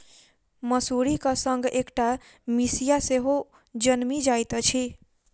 मसुरीक संग अकटा मिसिया सेहो जनमि जाइत अछि